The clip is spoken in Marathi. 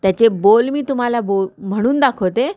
त्याचे बोल मी तुम्हाला बोल म्हणून दाखवते